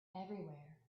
everywhere